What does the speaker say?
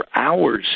hours